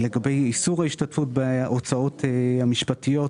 לגבי איסור ההשתתפות בהוצאות המשפטיות,